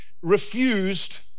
refused